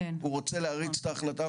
הוא רוצה להריץ את ההחלטה,